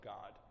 God